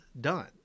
done